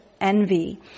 envy